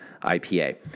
IPA